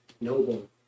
noble